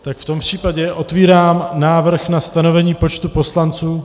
Tak vtom případě otvírám návrh na stanovení počtu poslanců.